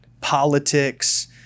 politics